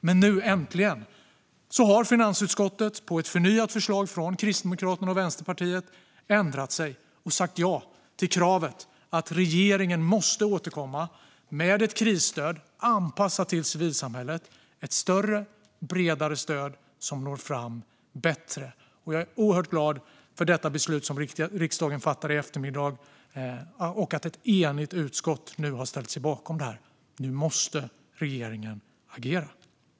Men nu, äntligen, har finansutskottet efter ett förnyat förslag från Kristdemokraterna och Vänsterpartiet ändrat sig och sagt ja till kravet att regeringen ska återkomma med ett krisstöd anpassat till civilsamhället - ett större, bredare stöd som når fram bättre. Jag är oerhört glad för detta beslut, som riksdagen fattar i eftermiddag, och att ett enigt utskott nu har ställt sig bakom det här. Nu måste regeringen agera.